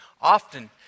often